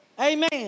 Amen